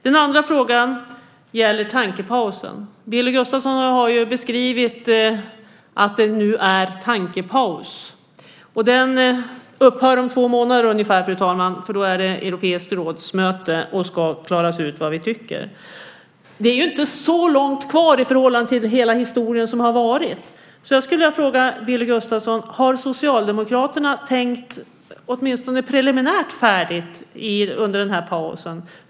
Den andra frågan gäller tankepausen. Billy Gustafsson har beskrivit att det nu är en tankepaus. Den upphör om ungefär två månader då det är europeiskt rådsmöte och ska klaras ut vad vi tycker. Det är inte så långt kvar i förhållande till hela historien som har varit. Jag skulle därför vilja fråga Billy Gustafsson: Har Socialdemokraterna tänkt åtminstone preliminärt färdigt under den här pausen?